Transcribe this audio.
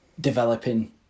developing